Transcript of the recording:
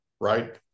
right